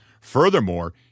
Furthermore